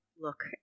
look